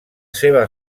seva